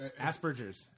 Asperger's